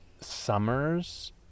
summers